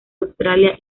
australia